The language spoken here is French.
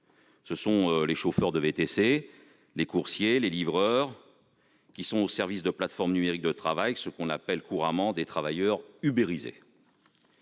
Ce sont les chauffeurs de VTC, les coursiers, ou encore les livreurs, tous au service de plateformes numériques de travail, ceux que l'on nomme couramment « travailleurs ubérisés